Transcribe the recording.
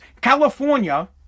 California